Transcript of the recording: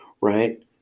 right